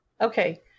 Okay